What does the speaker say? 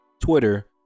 Twitter